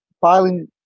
filing